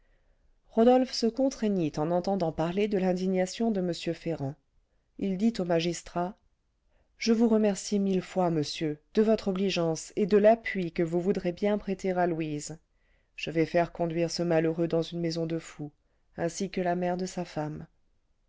rodolphe se contraignit en entendant parler de l'indignation de m ferrand il dit au magistrat je vous remercie mille fois monsieur de votre obligeance et de l'appui que vous voudrez bien prêter à louise je vais faire conduire ce malheureux dans une maison de fous ainsi que la mère de sa femme